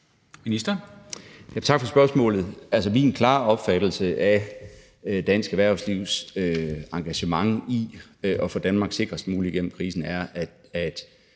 (fg.): Tak for spørgsmålet. Min klare opfattelse af dansk erhvervslivs engagement i at få Danmark sikrest muligt igennem krisen, er, at